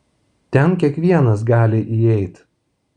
ten kiekvienas gali įeit